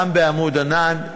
גם ב"עמוד ענן".